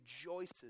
rejoices